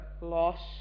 lost